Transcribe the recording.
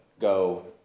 go